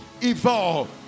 evolve